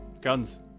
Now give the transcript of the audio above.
Guns